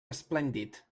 esplèndid